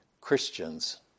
Christians